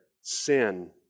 sin